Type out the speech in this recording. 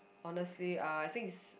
honestly uh I think is